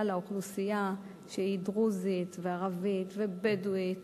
לאוכלוסייה שהיא דרוזית וערבית ובדואית